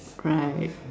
right